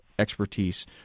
expertise